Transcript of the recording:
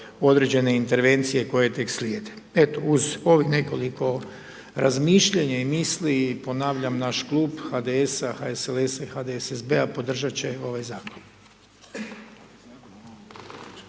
određene intervencije koje tek slijede. Eto, uz ovih nekoliko razmišljanja i misli, ponavljam naš klub HDS-a, HSLS-a i HDSSB-a podržat će ovaj Zakon.